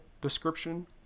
description